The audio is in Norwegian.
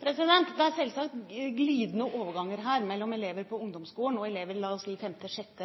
Det er selvsagt glidende overganger her mellom elever på ungdomsskolen og elever på, la oss si, 5., 6.